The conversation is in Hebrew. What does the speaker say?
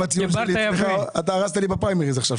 עם הציון שלי אצלך אתה הרסת לי בפריימריז עכשיו,